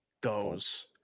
goes